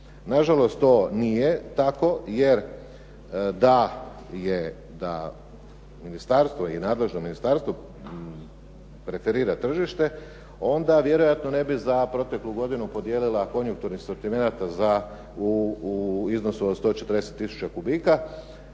Na žalost to nije tako, jer da je da ministarstvo i nadležno ministarstvo preferira tržište, onda vjerojatno ne bi za proteklu godinu podijelila konjunkturni asortimenat za u iznosu od 140 tisuća kubika,